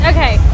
Okay